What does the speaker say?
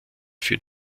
für